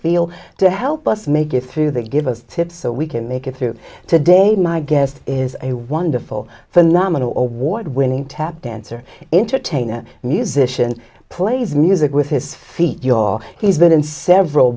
field to help us make it through that give us a tip so we can make it through today my guest is a wonderful phenomenal award winning tap dancer entertainer musician plays music with his feet your he's been in several